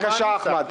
בבקשה, אחמד.